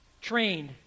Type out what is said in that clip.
trained